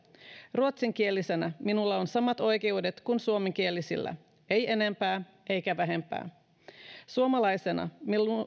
ruotsinkielisenä minulla on samat oikeudet kuin suomenkielisillä ei enempää eikä vähempää suomalaisena